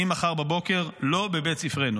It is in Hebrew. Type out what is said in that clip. ממחר בבוקר לא בבית ספרנו.